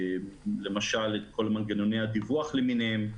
למשל כל מנגנוני הדיווח למיניהם.